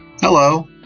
Hello